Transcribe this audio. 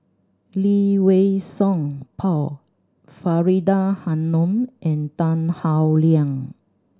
Lee Wei Song Paul Faridah Hanum and Tan Howe Liang